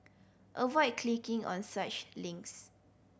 avoid clicking on such links